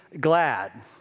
glad